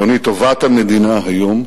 אדוני, טובת המדינה היום,